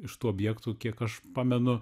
iš tų objektų kiek aš pamenu